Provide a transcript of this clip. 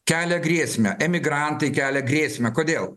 kelia grėsmę emigrantai kelia grėsmę kodėl